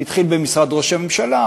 זה התחיל במשרד ראש הממשלה,